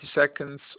seconds